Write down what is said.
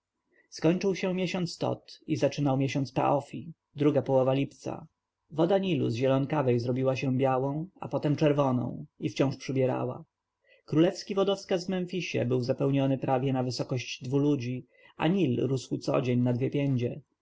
skończył się miesiąc tot i zaczynał miesiąc paofi druga połowa lipca woda nilu z zielonawej zrobiła się białą a potem czerwoną i wciąż przybierała królewski wodowskaz w memfisie był zapełniony prawie na wysokość dwu ludzi a nil rósł codzień na dwie piędzie